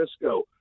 Frisco